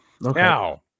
Now